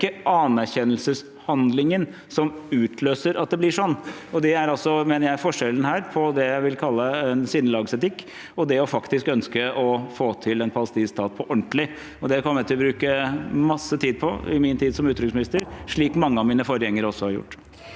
det er ikke anerkjennelseshandlingen som utløser at det blir sånn. Dette mener jeg er forskjellen på det jeg vil kalle en sinnelagsetikk og det å faktisk ønske å få til en palestinsk stat på ordentlig. Og det kommer jeg til å bruke masse tid på i min tid som utenriksminister, slik mange av mine forgjengere også har gjort.